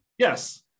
Yes